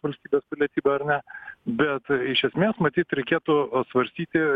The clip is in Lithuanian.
valstybės pilietybę ar ne bet iš esmės matyt reikėtų svarstyti